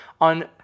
on